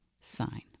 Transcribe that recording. sign